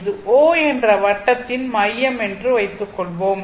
இது O என்ற வட்டத்தின் மையம் என்று வைத்துக்கொள்வோம்